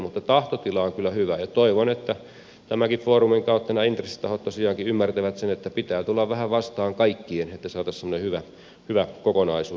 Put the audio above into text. mutta tahtotila on kyllä hyvä ja toivon että tämänkin foorumin kautta nämä intressitahot tosiaankin ymmärtävät sen että pitää tulla vähän vastaan kaikkien että saataisiin semmoinen hyvä kokonaisuus